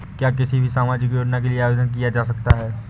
क्या किसी भी सामाजिक योजना के लिए आवेदन किया जा सकता है?